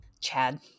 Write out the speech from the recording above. Chad